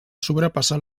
sobrepassar